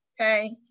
Okay